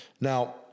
Now